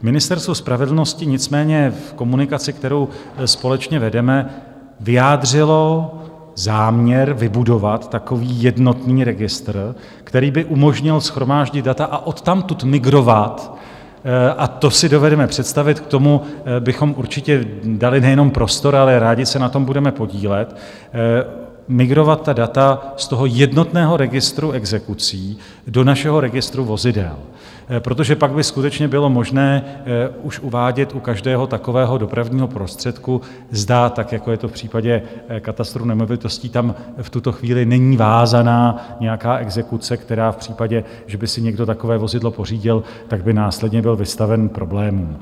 Ministerstvo spravedlnosti nicméně v komunikaci, kterou společně vedeme, vyjádřilo záměr vybudovat takový jednotný registr, který by umožnil shromáždit data a odtamtud migrovat a to si dovedeme představit, k tomu bychom určitě dali nejenom prostor, ale rádi se na tom budeme podílet migrovat data z toho jednotného registru exekucí do našeho registru vozidel, protože pak by skutečně bylo možné už uvádět u každého takového dopravního prostředku, zda, tak jako je to v případě katastru nemovitostí, tam v tuto chvíli není vázaná nějaká exekuce, která v případě, že by si někdo takové vozidlo pořídil, tak by následně byl vystaven problémům.